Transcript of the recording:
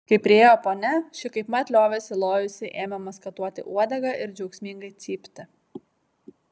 kai priėjo ponia ši kaipmat liovėsi lojusi ėmė maskatuoti uodegą ir džiaugsmingai cypti